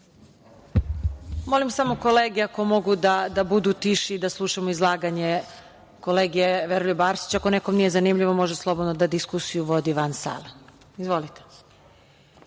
Molim samo kolege ako mogu da budu tiši i da slušamo izlaganje kolege Veroljuba Arsića. Ako nekom nije zanimljivo može slobodno da diskusiju vodi van sale. Izvolite.